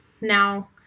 Now